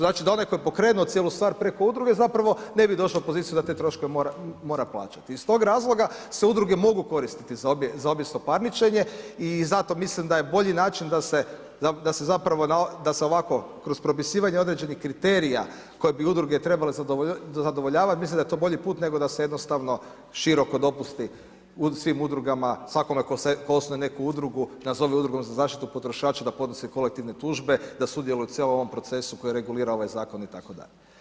Znači da onaj koji je pokrenuo cijelu stvar preko udruge zapravo ne bi došao u poziciju da te troškove mora plaćati Iz tog razloga se udruge mogu koristiti za objesno parničenje i zato mislim da je bolji način da se ovako propisivanje određenih kriterija koje bi udruge trebale zadovoljavat, mislim da je to bolji put nego da se široko dopusti svim udrugama, svakome tko osnuje neku udrugu, nazove udrugu za zaštitu potrošača da podnosi kolektivne tužbe da sudjeluje u cijelom ovom procesu koji regulira ovaj zakon itd.